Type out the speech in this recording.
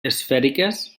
esfèriques